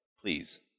Please